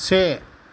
से